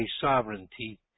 sovereignty